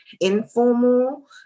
informal